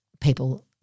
people